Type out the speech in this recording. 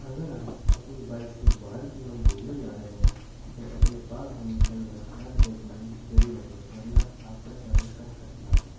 अगर आप अपनी बाइक से बाहर की ओर घूमने जा रहे हैं तो अपने पास हमेशा यह चार डोकूमेंट ज़रूर रखें वरना आप का चालान कट सकता है